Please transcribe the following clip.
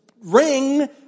ring